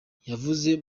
yavuye